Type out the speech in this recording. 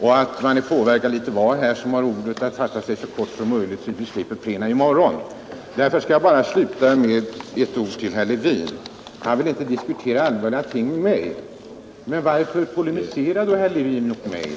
och alla är inställda på att fatta sig kort, så att vi slipper plenum i morgon, lördag. Men jag vill sluta med ett par ord till herr Levin, som sade att han inte vill diskutera allvarliga ting med mig. Men varför polemiserar då herr Levin mot mig?